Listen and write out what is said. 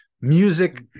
music